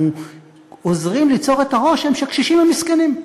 אנחנו עוזרים ליצור את הרושם שקשישים הם מסכנים.